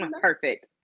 Perfect